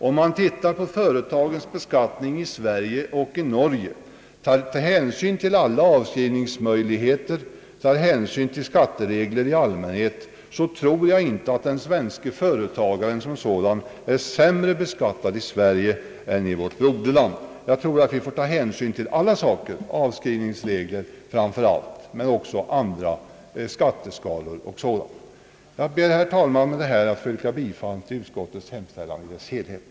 Om vi jämför företagsbeskattningen i Sverige och beskattningen i Norge och tar hänsyn till alla avskrivningsmöjligheter och skatteregler, finner vi att den företagafen som sådan inte är högre beskattad i Sverige än i vårt broderland. Jag anser att vi bör ta hänsyn till alla dessa fakta, framför allt avskrivningsreglerna men även skatteskalor och dylikt. Jag ber, herr talman, att med detta få yrka bifall till utskottet i dess helhet.